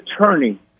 attorney